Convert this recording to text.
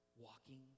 walking